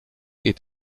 est